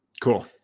cool